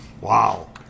Wow